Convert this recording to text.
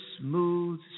smooth